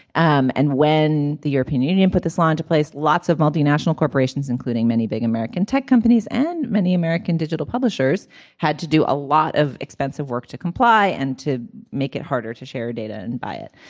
um and when the european union put this line to place lots of multinational corporations including many big american tech companies and many american digital publishers had to do a lot of expensive work to comply and to make it harder to share data and buy it.